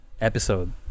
episode